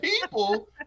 people